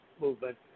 movement